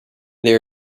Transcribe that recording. there